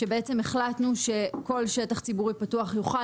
שבעצם החלטנו שכל שטח ציבורי פתוח יוכל